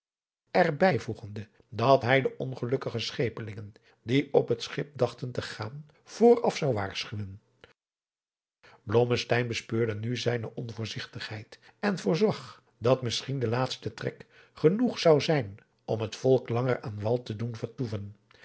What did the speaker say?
er bijvoegende dat hij de ongelukkige schepelingen die op het schip dachten te gaan vooraf zou waarschuwen blommesteyn bespeurde nu zijne onvoorzigtigheid en voorzag dat misschien de laatste trek genoeg zou zijn om het volk langer aan wal te doen vertoeven